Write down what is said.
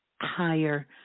higher